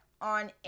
on